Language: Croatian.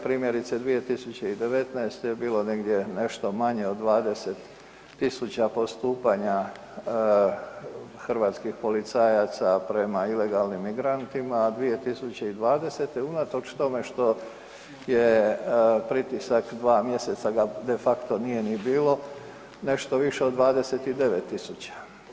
Primjerice, 2019. je bilo negdje nešto manje od 20.000 postupanja hrvatskih policajaca prema ilegalnim migrantima, a 2020. unatoč tome što je pritisak dva mjeseca ga de facto nije ni bilo nešto više od 29.000.